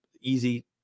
Easy